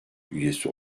üyesi